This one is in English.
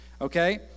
Okay